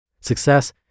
Success